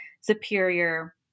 superior